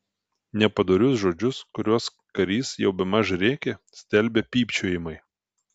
nepadorius žodžius kuriuos karys jau bemaž rėkė stelbė pypčiojimai